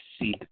see